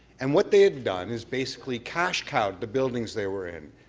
and what they have done is basically cash cowed the buildings they were in,